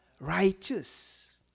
Righteous